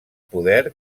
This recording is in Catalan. poder